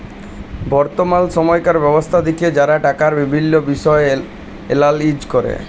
বর্তমাল সময়কার ব্যবস্থা দ্যাখে যারা টাকার বিভিল্ল্য বিষয় এলালাইজ ক্যরে